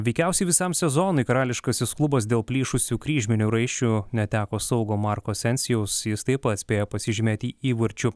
veikiausiai visam sezonui karališkasis klubas dėl plyšusių kryžminių raiščių neteko saugo marko sensijaus jis taip pat spėjo pasižymėti įvarčiu